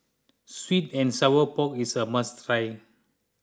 Sweet and Sour Pork is a must try